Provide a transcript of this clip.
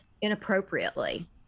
inappropriately